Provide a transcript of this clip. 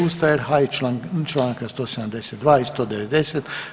Ustava RH i Članka 172. i 190.